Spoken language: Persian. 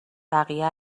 بقیه